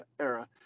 era